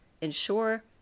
ensure